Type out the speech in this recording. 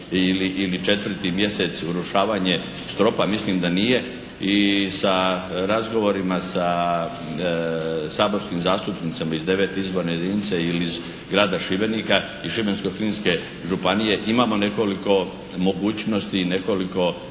ili četvrti mjesec urušavanje stropa, mislim da nije i sa razgovorima sa saborskim zastupnicima iz IX. izborne jedinice ili iz grada Šibenika i Šibensko-kninske županije imamo nekoliko mogućnosti i nekoliko